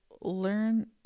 learned